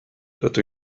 rydw